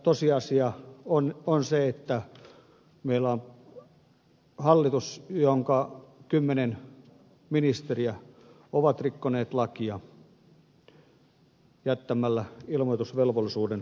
tosiasia on se että meillä on hallitus jonka kymmenen ministeriä on rikkonut lakia jättämällä ilmoitusvelvollisuuden täyttämättä